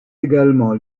également